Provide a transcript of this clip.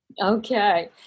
Okay